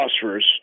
phosphorus